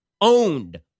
owned